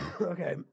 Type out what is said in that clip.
Okay